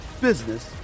business